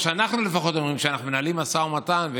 שאנחנו לפחות אומרים כשאנחנו מנהלים משא ומתן.